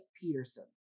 Peterson